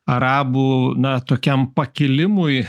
arabų na tokiam pakilimui